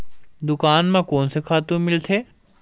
दुकान म कोन से खातु मिलथे?